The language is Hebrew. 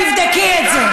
תבדקי את זה.